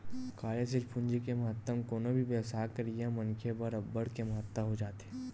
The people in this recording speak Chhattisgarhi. कार्यसील पूंजी के महत्तम कोनो भी बेवसाय करइया मनखे बर अब्बड़ के महत्ता हो जाथे